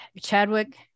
Chadwick